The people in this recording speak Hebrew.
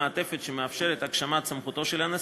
המעטפת שמאפשרת את הגשמת סמכותו של הנשיא,